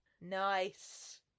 Nice